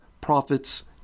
prophets